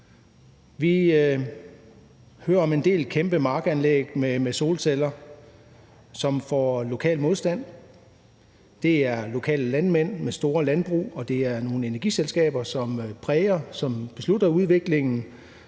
Vi hører om en del kæmpe markanlæg med solceller, som får lokal modstand. Det er lokale landmænd med store landbrug, og det er nogle energiselskaber, som præger og beslutter udviklingen